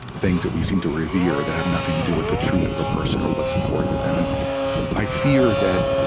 things that we seem to revere that have nothing to do with the truth of a person or what's important to them. and i fear that